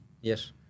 Yes